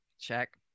Check